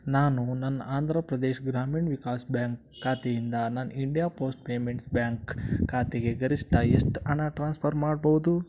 ನಾನು ನನ್ನ ಆಂಧ್ರ ಪ್ರದೇಶ್ ಗ್ರಾಮೀಣ ವಿಕಾಸ್ ಬ್ಯಾಂಕ್ ಖಾತೆಯಿಂದ ನನ್ನ ಇಂಡಿಯಾ ಪೋಸ್ಟ್ ಪೇಮೆಂಟ್ಸ್ ಬ್ಯಾಂಕ್ ಖಾತೆಗೆ ಗರಿಷ್ಠ ಎಷ್ಟು ಹಣ ಟ್ರಾನ್ಸ್ಫರ್ ಮಾಡ್ಬೋದು